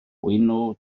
beuno